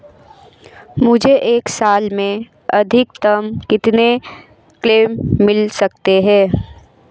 मुझे एक साल में अधिकतम कितने क्लेम मिल सकते हैं?